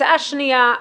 הצעה שנייה,